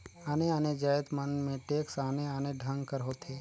आने आने जाएत मन में टेक्स आने आने ढंग कर होथे